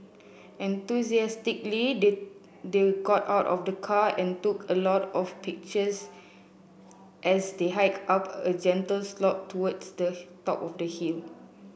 enthusiastically they they got out of the car and took a lot of pictures as they hiked up a gentle slope towards the top of the hill